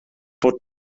bod